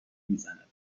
میزند